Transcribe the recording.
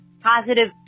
positive